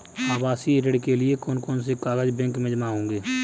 आवासीय ऋण के लिए कौन कौन से कागज बैंक में जमा होंगे?